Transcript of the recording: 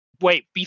Wait